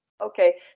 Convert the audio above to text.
Okay